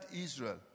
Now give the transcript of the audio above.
Israel